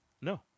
No